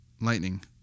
lightning